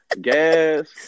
gas